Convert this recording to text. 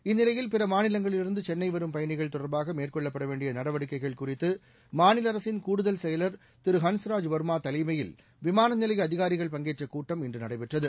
இந்நிலையில் பிற மாநிலங்களிலிருந்து சென்னை வரும் பயணிகள் தொடர்பாக மேற்கொள்ளப்பட வேண்டிய நடவடிக்கைகள் குறித்து மாநில அரசின் கூடுதல் செயலர் திரு ஹன்ஸ்ராஜ் வர்மா தலைமையில் விமான நிலைய அதிகாரிகள் பங்கேற்ற கூட்டம் இன்று நடைபெற்றது